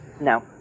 no